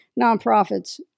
Nonprofits